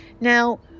now